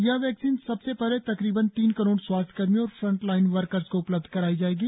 यह वैक्सीन सबसे पहले तकरीबन तीन करोड स्वास्थ्य कर्मियों और फ्रंटलाइन वर्कर्स को उपलब्ध कराई जाएगी